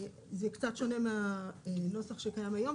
זה קצת שונה מהנוסח שקיים היום,